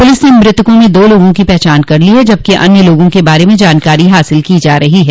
police ने मृतकों में दो लोगों की पहचान कर ली है जबकि अन्य लोगों के बारे में जानकारी हासिल की जा रही है